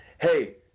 hey